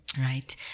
Right